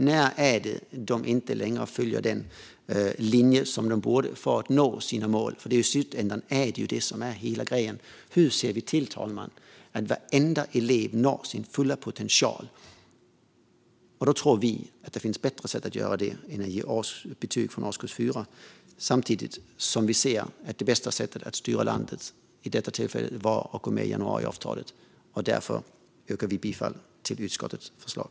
När följer de inte längre den linje som de borde följa för att nå sina mål? I slutändan är det ju detta som är hela grejen. Hur ser vi till, fru talman, att varenda elev når sin fulla potential? Då tror vi att det finns bättre sätt att göra det än att ge betyg från årskurs 4. Samtidigt ansåg vi att det bästa sättet att styra landet vid detta tillfälle var att gå med i januariavtalet. Därför yrkar jag bifall till utskottets förslag.